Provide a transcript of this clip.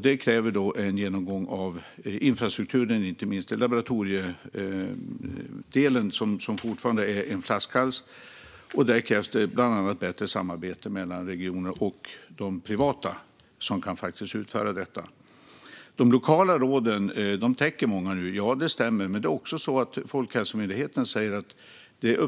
Det kräver då en genomgång av infrastrukturen, inte minst laboratoriedelen som fortfarande är en flaskhals. Där krävs det bland annat bättre samarbete mellan regionerna och de privata som kan utföra detta. Det stämmer att de lokala restriktionerna täcker många nu. Folkhälsomyndigheten säger att det